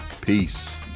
Peace